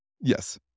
Yes